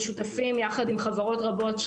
אנחנו שותפים יחד עם חברות רבות,